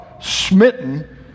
smitten